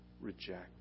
reject